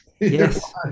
Yes